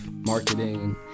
marketing